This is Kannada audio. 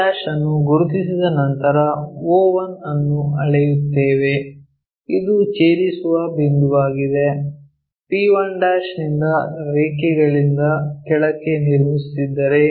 p1 ಅನ್ನು ಗುರುತಿಸಿದ ನಂತರ o1 ಅನ್ನು ಅಳೆಯುತ್ತೇವೆ ಇದು ಛೇದಿಸುವ ಬಿಂದುವಾಗಿದೆ p1' ನಿಂದ ರೇಖೆಗಳಿಂದ ಕೆಳಕ್ಕೆ ನಿರ್ಮಿಸುತ್ತಿದ್ದರೆ